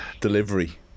Delivery